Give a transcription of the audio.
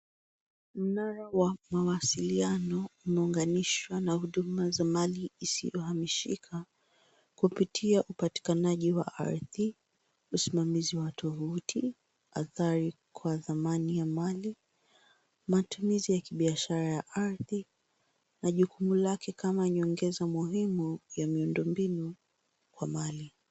Mnara wa mawasiliano unaunganishwa na huduma za mali isiyohamishika kupitia upatikanaji wa ardhi, usimamizi wa tovuti adhari kwa dhamani ya mali, matumizi ya kibiashara ya ardhi na jukumu lake kama nyongeza muhimu ya miundo mbinu kwa mali.